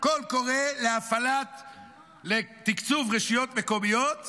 קול קורא לתקצוב רשויות מקומיות בגנים,